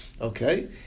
Okay